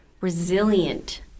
resilient